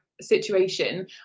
situation